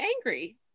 angry